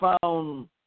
found